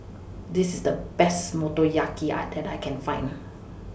This IS The Best Motoyaki I that I Can Find